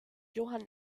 johann